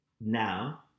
Now